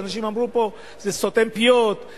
שאנשים אמרו פה: זה סותם פיות,